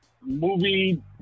movie